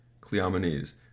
Cleomenes